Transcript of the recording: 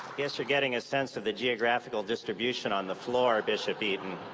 guess you're getting a sense of the geographical distribution on the floor, bishop eaton.